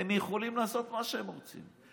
והם יכולים לעשות מה שהם רוצים.